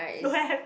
don't have